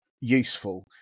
useful